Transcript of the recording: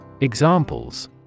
Examples